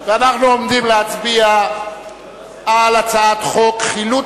אנחנו עומדים להצביע על הצעת חוק חילוט